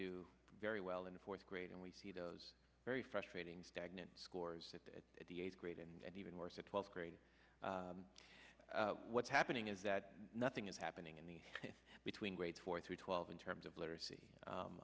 do very well in fourth grade and we see those very frustrating stagnant scores at the eighth grade and even worse a twelfth grade what's happening is that nothing is happening in the between great four to twelve in terms of literacy